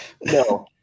No